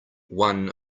won